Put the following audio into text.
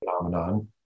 phenomenon